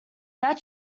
that